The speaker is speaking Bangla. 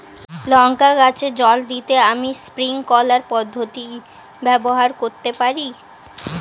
লঙ্কা গাছে জল দিতে আমি স্প্রিংকলার পদ্ধতি ব্যবহার করতে পারি?